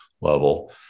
level